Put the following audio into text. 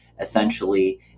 essentially